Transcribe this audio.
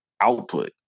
output